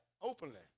openly